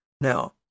now